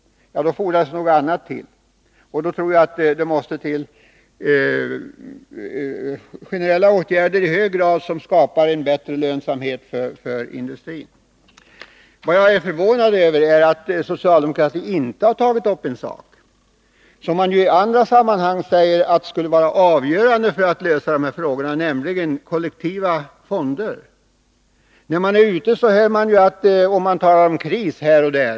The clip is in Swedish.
Det fordras nog något annat. Då tror jag att det i hög grad måste till generella åtgärder som syftar till att skapa en bättre lönsamhet för industrin. Vad jag är förvånad över är att socialdemokratin inte har tagit upp det man iandra sammanhang säger skulle vara avgörande för att lösa de här frågorna, nämligen kollektiva fonder. När man är ute och reser hör man ofta talas om kriser här och där.